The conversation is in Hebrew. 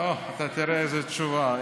אוה, תראה איזו תשובה.